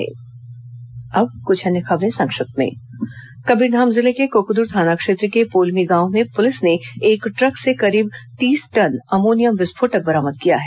संक्षिप्त समाचार अब कुछ अन्य खबरें संक्षिप्त में कबीरधाम जिले में कुकदुर थाना क्षेत्र के पोलमी गांव में पुलिस ने एक ट्रक ेसे करीब तीस टन अमोनियम विस्फोटकबरामद किया है